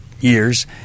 years